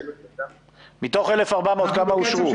מתוך 1,400 כמה אישרו?